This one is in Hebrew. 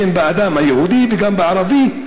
הן באדם היהודי והן בערבי.